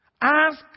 Ask